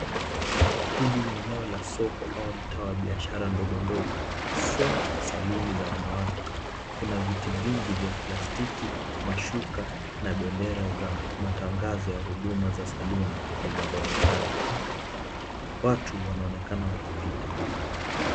Hili ni eneo la soko au mtaa wa biashara ndogo ndogo haswa [saluni] za wanawake. Kuna viti vingi vya plastiki, mashuka na bendera za matangazo za huduma za [saluni] zinazoonekana. Watu wanaonekana wakipita.